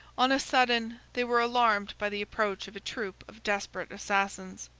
on a sudden, they were alarmed by the approach of a troop of desperate assassins.